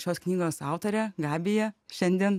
šios knygos autorė gabija šiandien